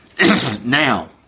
Now